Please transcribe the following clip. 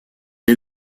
est